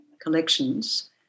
collections